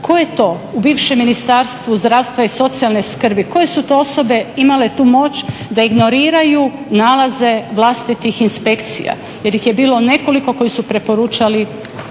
je to u bivšem Ministarstvu zdravstva i socijalne skrbi, koje su to osobe imale tu moć da ignoriraju nalaze vlastitih inspekcija, jer ih je bilo nekolik koji su preporučali